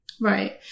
Right